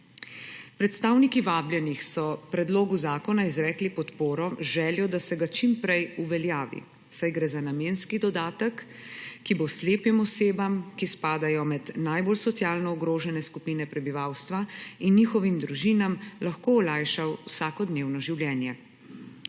Predstavniki vabljenih so predlogu zakona izrekli podporo z željo, da se ga čim prej uveljavi, saj gre za namenski dodatek, ki bo slepim osebam, ki spadajo med najbolj socialno ogrožene skupine prebivalstva, in njihovim družinam lahko olajšal vsakodnevno življenje.